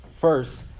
First